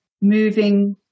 moving